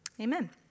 Amen